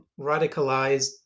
radicalized